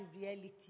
reality